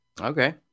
okay